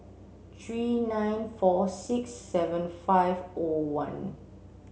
three nine four six seven five O one